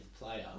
player